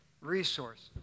resources